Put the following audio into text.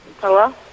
Hello